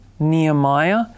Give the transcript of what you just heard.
Nehemiah